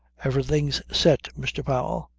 everything's set, mr. powell.